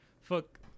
fuck